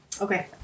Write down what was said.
Okay